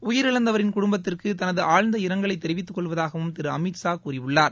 உயிரிழந்தவரின் குடும்பத்திற்கு தனது அழ்ந்த இரங்கலை தெரிவித்துக்கொள்வதாகவும் திரு அமீத்ஷா கூறியுள்ளார்